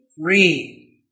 free